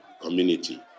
community